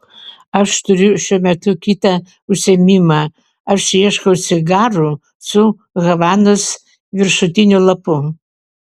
aš turiu šiuo metu kitą užsiėmimą aš ieškau cigarų su havanos viršutiniu lapu